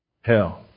Hell